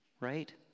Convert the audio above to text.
right